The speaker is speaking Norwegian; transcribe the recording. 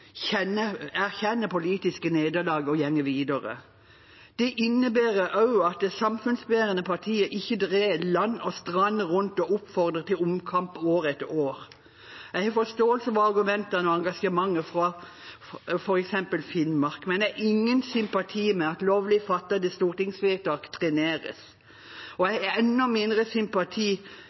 erkjenner politiske nederlag og går videre. Det innebærer også at samfunnsbærende partier ikke drar land og strand rundt og oppfordrer til omkamp år etter år. Jeg har forståelse for argumentene og engasjementet fra f.eks. Finnmark, men jeg har ingen sympati med at lovlig fattede stortingsvedtak treneres, og jeg har enda mindre sympati